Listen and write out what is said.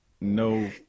no